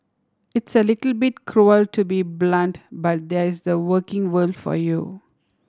it's a little bit cruel to be blunt but that's the working world for you